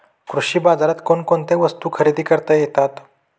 कृषी बाजारात कोणकोणत्या वस्तू खरेदी करता येतात